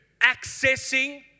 accessing